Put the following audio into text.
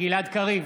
גלעד קריב,